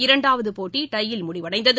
இரண்டாவது போட்டி டை யில் முடிவடைந்தது